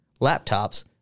laptops